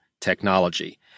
technology